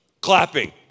clapping